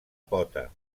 pota